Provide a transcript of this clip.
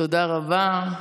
תודה רבה.